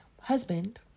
husband